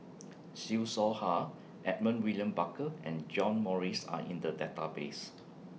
Siew Shaw Her Edmund William Barker and John Morrice Are in The Database